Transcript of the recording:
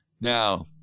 Now